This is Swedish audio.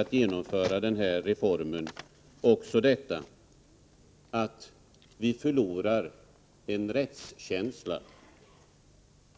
att genomföra reformen förlorar vi en rättskänsla.